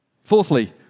Fourthly